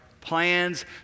plans